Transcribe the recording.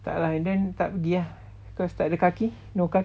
tak lah in the end tak pergi ah cause tak ada kaki no kaki